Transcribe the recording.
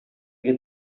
che